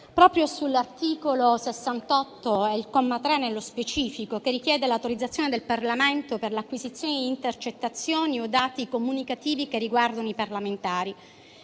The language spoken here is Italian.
proprio sull'articolo 68, nello specifico sul comma 3, che richiede l'autorizzazione del Parlamento per l'acquisizione di intercettazioni o dati comunicativi che riguardano i parlamentari.